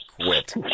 quit